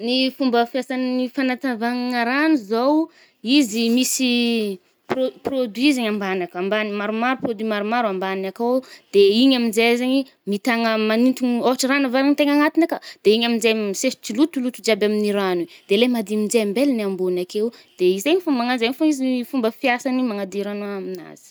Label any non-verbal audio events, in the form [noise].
Ny fomba fiasàn’ny fanatavànigna ragno zao, izy misy [hesitation] pro-produit zaigny ambany akào, ambaniny maromaro produit maromaro ambaniny akào. De igny aminjey zegny mitàna manintogno, ôhatra ragno avàran-tegna agnatiny akà, de aminje [hesitation] misesitry loto jiaby amin’i ragno i, de le madî aminje ambelny ambony akeo. De izaigny fô-mamgnà njeny fôgna izy fomba fiasagny i, magnadio ragno aminazy.